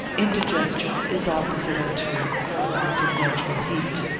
indigestion is opposite unto it, for want of natural heat.